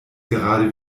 gerade